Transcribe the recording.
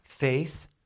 Faith